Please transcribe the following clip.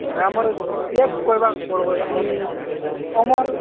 ଆମର ୟେ କହିବାକୁ ପଡ଼ିବ ସି ଅମର